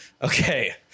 Okay